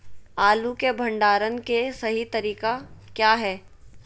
आलू के भंडारण के सही तरीका क्या है?